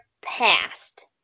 past